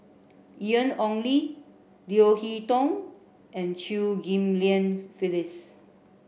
Ian Ong Li Leo Hee Tong and Chew Ghim Lian Phyllis